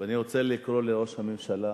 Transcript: ואני רוצה לקרוא לראש הממשלה